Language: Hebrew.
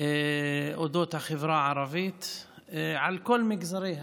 על החברה הערבית על כל מגזריה.